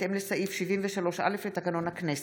בהתאם לסעיף 73(א) לתקנון הכנסת,